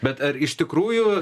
bet ar iš tikrųjų